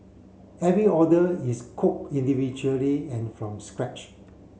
every order is cooked individually and from scratch